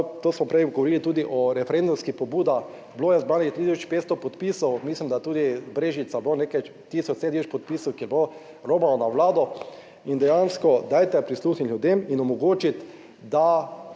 to smo prej govorili tudi o referendumskih pobuda. Bilo je zbranih 3500 podpisov, mislim, da je tudi v Brežicah bo nekaj tisoč sedeč podpisov, ki bo romano na Vlado in dejansko dajte prisluhniti ljudem in omogočiti, da